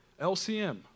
LCM